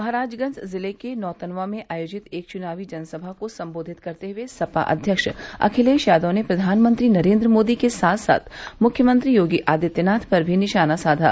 महाराजगंज जिले के नौतनवां में आयोजित एक च्नावी जनसभा को सम्बोधित करे हुए सपा अध्यक्ष अखिलेश यादव ने प्रधानमंत्री नरेन्द्र मोदी के साथ साथ मुख्यमंत्री योगी आदित्यनाथ पर भी निशाना साधा